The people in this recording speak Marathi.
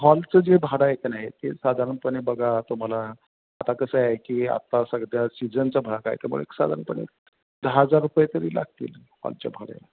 हॉलचं जे भाडं आहे का नाही ते साधारणपणे बघा तुम्हाला आता कसं आहे की आत्ता सध्या सीजनचा भाग आहे त्यामुळे एक साधारणपणे दहा हजार रुपये तरी लागतील हॉलचे भाडे